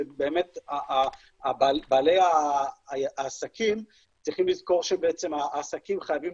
שבאמת בעלי העסקים צריכים לזכור שהעסקים חייבים